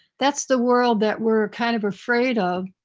that's the world that we're kind of afraid of,